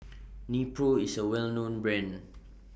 Nepro IS A Well known Brand